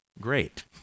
great